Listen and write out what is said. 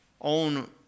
own